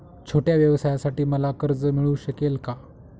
छोट्या व्यवसायासाठी मला कर्ज मिळू शकेल का?